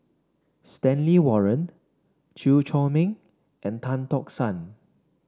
Stanley Warren Chew Chor Meng and Tan Tock San